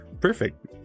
Perfect